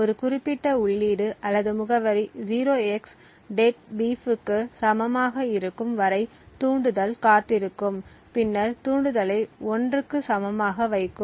ஒரு குறிப்பிட்ட உள்ளீடு அல்லது முகவரி 0xDEADBEEF க்கு சமமாக இருக்கும் வரை தூண்டுதல் காத்திருக்கும் பின்னர் தூண்டுதலை 1 க்கு சமமாக வைக்கும்